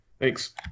Thanks